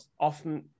often